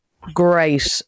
great